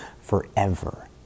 forever